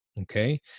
Okay